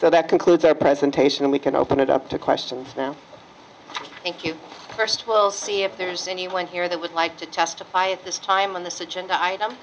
so that concludes our presentation we can open it up to questions now thank you first we'll see if there's anyone here that would like to testify at this time on the